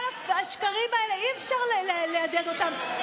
כל השקרים האלה, אי-אפשר להדהד אותם.